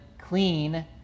clean